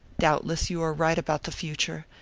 doubtless you are right about the future,